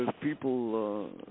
people